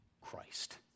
Christ